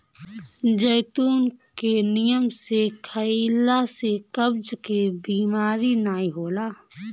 जैतून के नियम से खइला से कब्ज के बेमारी नाइ होला